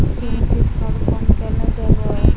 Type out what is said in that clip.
জমিতে ধড়কন কেন দেবো?